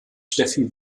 steffi